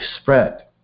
spread